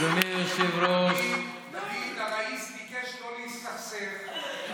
הראיס ביקש לא להסתכסך.